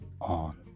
on